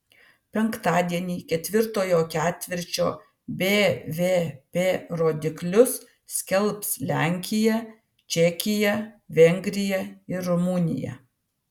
penktadienį ketvirtojo ketvirčio bvp rodiklius skelbs lenkija čekija vengrija ir rumunija